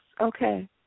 Okay